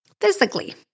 physically